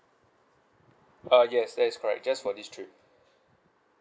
uh yes that is correct just for this trip